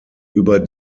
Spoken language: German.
über